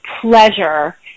pleasure